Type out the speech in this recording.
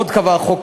עוד קבע החוק,